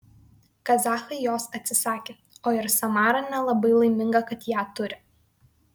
kazachai jos atsisakė o ir samara nelabai laiminga kad ją turi